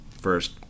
first